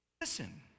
listen